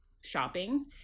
shopping